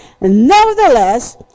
Nevertheless